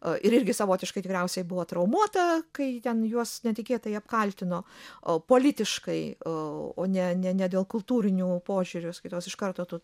a ir irgi savotiškai tikriausiai buvo traumuota kai ten juos netikėtai apkaltino a politiškai e o ne ne ne dėl kultūrinių požiūrių skaitos iš karto tu